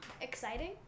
Exciting